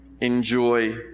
enjoy